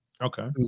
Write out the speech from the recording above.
Okay